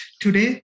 today